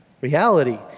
reality